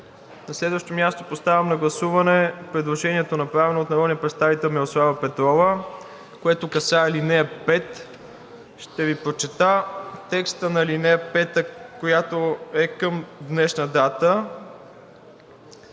На следващо място поставям на гласуване предложението, направено от народния представител Мирослава Петрова, което касае ал. 5. Ще Ви прочета текста на ал. 5, която е към днешна дата,